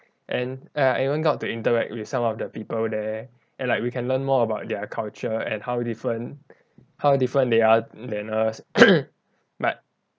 and uh I even got to interact with some of the people there and like we can learn more about their culture and how different how different they are than us but